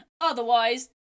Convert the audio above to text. Otherwise